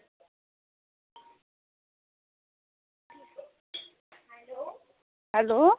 hello